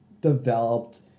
developed